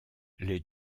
les